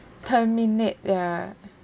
terminate ya